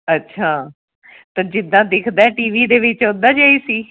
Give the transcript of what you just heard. ਅੱਛਾ ਅਤੇ ਜਿੱਦਾਂ ਦਿਖਦਾ ਹੈ ਟੀ ਵੀ ਦੇ ਵਿੱਚ ਉਦਾਂ ਜਿਹਾ ਹੀ ਸੀ